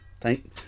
Thank